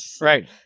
Right